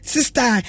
Sister